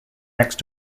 next